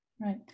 Right